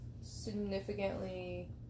significantly